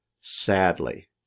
Sadly